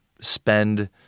spend